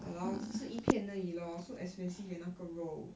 !walao! 我只吃一片而已 lor so expensive leh 那个肉